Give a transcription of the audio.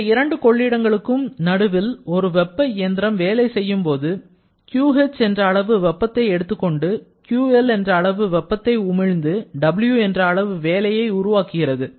இந்த இரண்டு கொள்ளிடங்களுக்கும் நடுவில் ஒரு வெப்ப இயந்திரம் வேலை செய்யும்போது QH என்ற அளவு வெப்பத்தை எடுத்துக்கொண்டு QL என்ற அளவு வெப்பத்தை உமிழ்ந்து W என்ற அளவு வேலையை உருவாக்குகிறது